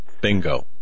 Bingo